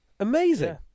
Amazing